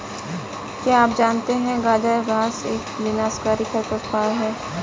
क्या आप जानते है गाजर घास एक विनाशकारी खरपतवार है?